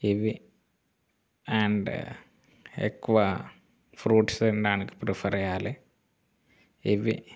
ఇవి అండ్ ఎక్కువ ఫ్రూట్స్ తినడానికి ప్రిఫర్ చేయాలి ఇవి